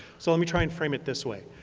so let me try and frame it this way,